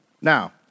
Now